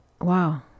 wow